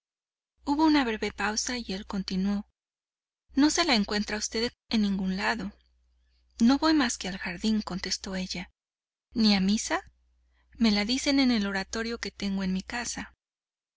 hubo una breve pausa y él continuó no se la encuentra a usted en ningún lado no voy más que al jardín contestó ella ni a misa me la dicen en el oratorio que tengo en mi casa